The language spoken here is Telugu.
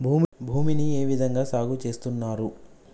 భూమిని ఏ విధంగా సాగు చేస్తున్నారు?